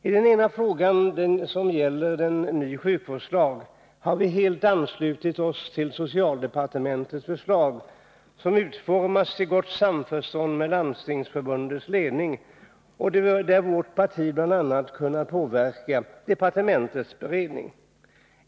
I den ena frågan, som gäller ny sjukvårdslag, har vi helt anslutit oss till socialdepartementets förslag, som utformats i gott samförstånd med Landstingsförbundets ledning och där vårt parti bl.a. kunnat påverka departementets beredning.